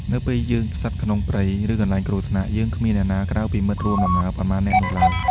នៅពេលយើងស្ថិតក្នុងព្រៃ ឬកន្លែងគ្រោះថ្នាក់ យើងគ្មានអ្នកណាក្រៅពីមិត្តរួមដំណើរប៉ុន្មាននាក់នោះឡើយ។